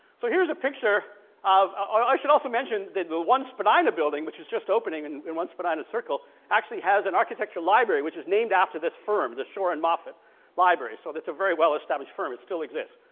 so here's a picture of ah also mention the the one spadina building which is just opening and in one spadina circle actually has an architectural library which is named after this firm, the shore and moffat library, so it's a very well established firm, it still exists.